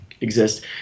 exist